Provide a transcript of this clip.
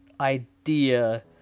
idea